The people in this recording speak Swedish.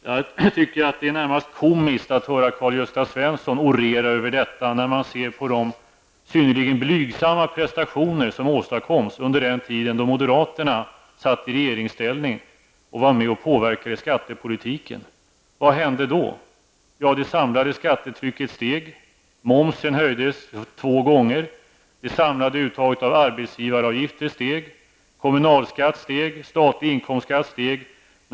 Jag tycker att det är närmast komiskt att höra Karl Gösta Svenson orera över detta, med tanke på det synnerligen blygsamma prestationer som åstadkoms under den tid då moderaterna satt i regeringsställning och var med och påverkade skattepolitiken. Vad hände då? Jo, det samlade skattetrycket steg, momsen höjdes två gånger, det samlade uttaget av arbetsgivaravgifter steg, kommunalskatten steg och den statliga inkomstskatten steg.